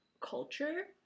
culture